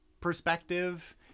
perspective